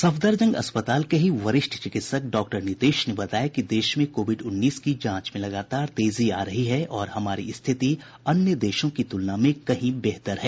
सफदरजंग अस्पताल के ही वरिष्ठ चिकित्सक डा नितेश ने बताया कि देश में कोविड उन्नीस की जांच में लगातार तेजी आ रही है और हमारी स्थिति अन्य देशों की तुलना में कहीं बेहतर है